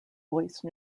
voice